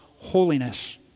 holiness